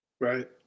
Right